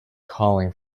calling